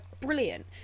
brilliant